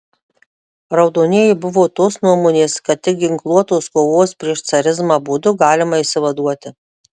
raudonieji buvo tos nuomonės kad tik ginkluotos kovos prieš carizmą būdu galima išsivaduoti